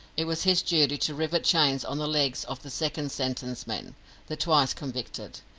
it was his duty to rivet chains on the legs of the second-sentence men the twice convicted.